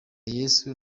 yesu